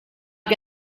que